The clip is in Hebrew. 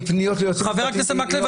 עם פניות ליועצים משפטיים --- חבר הכנסת מקלב,